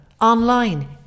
online